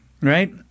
Right